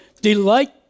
Delight